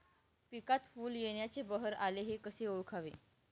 पिकात फूल येण्याचा बहर आला हे कसे ओळखावे?